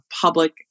public